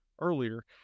earlier